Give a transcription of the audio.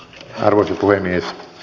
arvoisa puhemies